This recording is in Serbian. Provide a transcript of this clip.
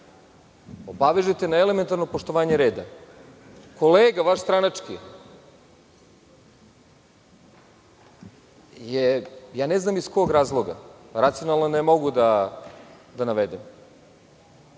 obavežete na elementarno poštovanje reda. Vaš stranački kolega je ne znam iz kog razloga, racionalno ne mogu da navedem,